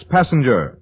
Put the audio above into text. Passenger